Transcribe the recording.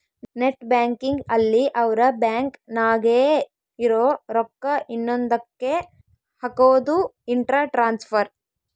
net banking ಅಲ್ಲಿ ಅವ್ರ bank ನಾಗೇ ಇರೊ ರೊಕ್ಕ ಇನ್ನೊಂದ ಕ್ಕೆ ಹಕೋದು ಇಂಟ್ರ ಟ್ರಾನ್ಸ್ಫರ್